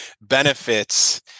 benefits